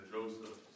Joseph